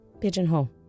Pigeonhole